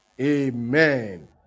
Amen